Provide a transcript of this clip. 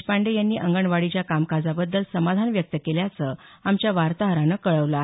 देशपांडे यांनी अंगणवाडीच्या कामकाजाबद्दल समाधान व्यक्त केल्याचं आमच्या वार्ताहरानं कळवलं आहे